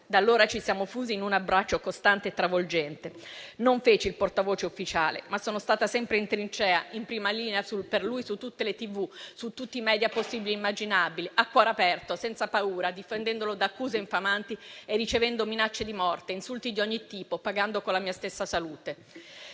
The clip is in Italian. Da allora ci siamo fusi in un abbraccio costante e travolgente. Non feci il portavoce ufficiale, ma sono stata sempre in trincea e in prima linea per lui su tutte le reti televisive e tv, su tutti i media possibili e immaginabili, a cuore aperto, senza paura, difendendolo da accuse infamanti e ricevendo minacce di morte e insulti di ogni tipo, pagando con la mia stessa salute.